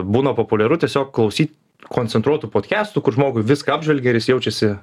būna populiaru tiesiog klausyt koncentruotų podkestų kur žmogui viską apžvelgia ir jis jaučiasi